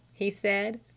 he said.